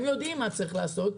הם יודעים מה צריך לעשות.